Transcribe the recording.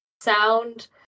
sound